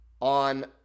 on